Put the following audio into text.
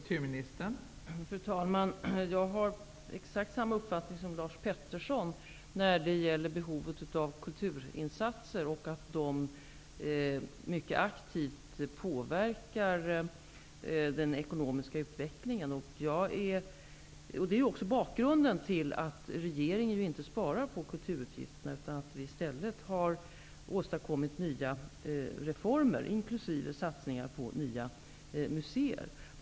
Fru talman! Jag har exakt samma uppfattning som Lars Petersson när det gäller behovet av kulturinsatser och att de mycket aktivt påverkar den ekonomiska utvecklingen. Det är också bakgrunden till att regeringen inte sparar på kulturuppgifterna. Vi har i stället åstadkommit nya reformer, inkl. satsningar på nya muséer.